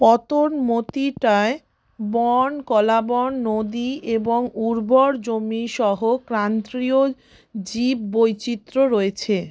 পাথানমথিটায় বন কলাবন নদী এবং উর্বর জমি সহ ক্রান্তীয় জীব বৈচিত্র্য রয়েছে